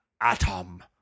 Atom